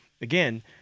again